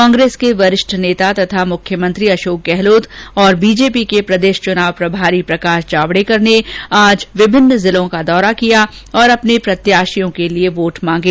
कांग्रेस के वरिष्ठ नेता तथा मुख्यमंत्री अशोक गहलोत और बीजेपी के प्रदेश चुनाव प्रभारी प्रकाश जावडेकर ने आज विभिन्न जिलों का दौरा किया और अपने प्रत्याशियों के लिये वोट मांगे